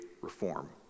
reform